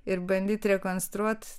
ir bandyt rekonstruot